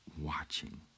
watching